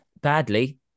Badly